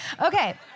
Okay